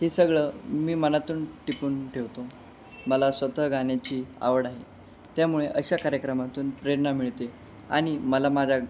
हे सगळं मी मनातून टिपून ठेवतो मला स्वतः गाण्याची आवड आहे त्यामुळे अशा कार्यक्रमातून प्रेरणा मिळते आणि मला माझ्या